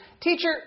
teacher